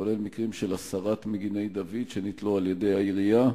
כולל מקרים של הסרת מגיני-דוד שנתלו על-ידי העירייה.